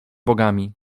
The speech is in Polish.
bogami